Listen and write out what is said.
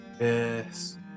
Yes